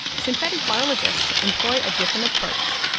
synthetic biologists employ a different approach.